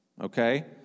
Okay